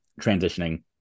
transitioning